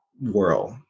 world